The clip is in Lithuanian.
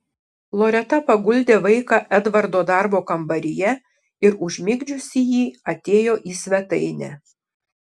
loreta paguldė vaiką edvardo darbo kambaryje ir užmigdžiusi jį atėjo į svetainę